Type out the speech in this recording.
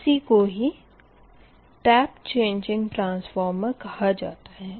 इसी को ही टेप चेंज़िंग ट्रांसफॉर्मर कहा जाता है